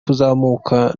kuzamuka